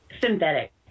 synthetic